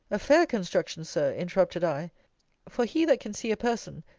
a fair construction, sir, interrupted i for he that can see a person,